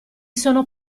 sono